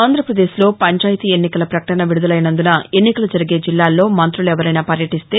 ఆంధ్రప్రదేశ్లో పంచాయతీ ఎన్నికల ప్రకటన విడుదలైనందున ఎన్నికలు జరిగే జిల్లాల్లో మంతులెవరైనా పర్యటిస్తే